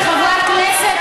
כחברת כנסת,